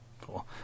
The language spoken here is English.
Cool